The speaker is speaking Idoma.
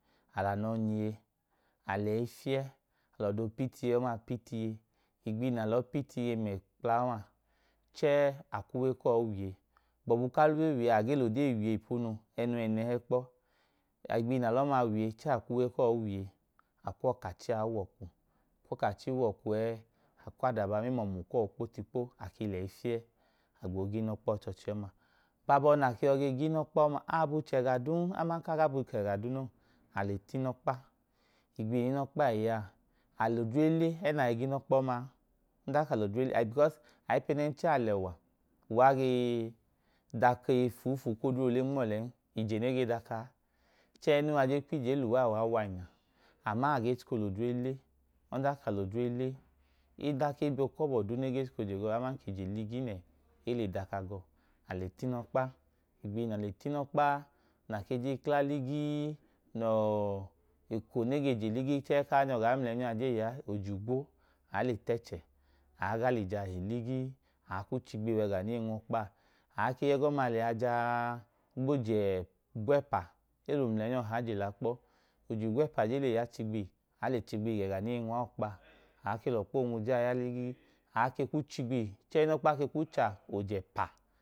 Alanyọ nyiye, al’ẹyi fiẹ, alọdo opit’ iye ọma pit’iye. Igbihi nalọọ pit’ iye m kpa ọma chẹẹ akw’uwe kuwọ wiye, gbọbu ka l’uwe wiye a age lode wiye ipunu ẹnoo w’ẹnẹ kpọ igbihi na lọma wiye a-akwulve kuwọ wiye akw’ọkachi a w’ọku. Akw’ọkachi a woku ẹẹ akw’ adaba kuwọ men’ọmu kpotikpo, ake lẹyi fie afboo g’inokpa ọchọọchi ọma. Gbabo na ke yọ ge g’inọkpa ọma, abu chẹga duun aman ka ga bu chẹ ga duu non, ale t’imokpa igbihi ni nọkpa iyaa, alodre le ẹna i g’inọkpa ọmaa because aipẹnẹnchẹ alẹwa uwai ge ọkei fufuu k’odre nm’ọen, ije ne ge dọkaa chẹẹ ẹnuwa je kw’ije luwa uwa wainya ama age chiko l’odre le oaka l’odre le ether ke bio kọbọ duu nege chikoje gọ aman, k’ije ligi nẹ ele daka gọọ ale t’inokpa, igbihi n’ale t’inokpa naje kla ligii nọọ eko nege je ligi chẹe̱ ka nyọ gaa ml’ẹnyọ a je iya ojigwo, anle t’ẹẹchẹ aaga lija he ligii aakuu chigbihi wega nei nwọkpa aake yẹgoma lẹya jaa gboje igwẹpa elo ml’ẹnyọ ọha je laa kpo. Ojigwẹpa je lẹya aa le chigbihi g’eꞌga ne, nwaa ọkpaa, aa ke l’ọkpa onwuje a ya ligii a ke kuu chigbihi chẹẹ unọ kpa kee ku cha ojepa.